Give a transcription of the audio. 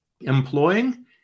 employing